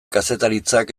kazetaritzak